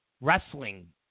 wrestling